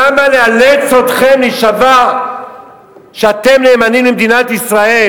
למה לאלץ אתכם להישבע שאתם נאמנים למדינת ישראל,